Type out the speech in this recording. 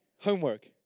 Homework